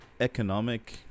economic